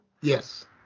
Yes